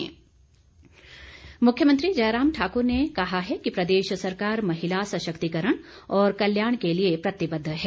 मुख्यमंत्री मुख्यमंत्री जयराम ठाकुर ने कहा है कि प्रदेश सरकार महिला सशक्तिकरण और कल्याण के लिए प्रतिबद्ध है